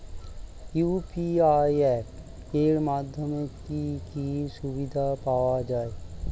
UPI app এর মাধ্যমে কি কি সুবিধা পাওয়া যায়?